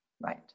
Right